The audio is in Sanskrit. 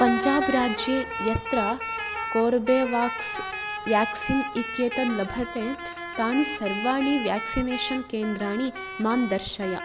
पञ्जाब् राज्ये यत्र कोर्बेवाक्स् व्याक्सीन् इत्येतत् लभते तानि सर्वाणि व्याक्सिनेषन् केन्द्राणि मां दर्शय